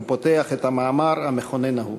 הוא פותח את המאמר המכונן ההוא,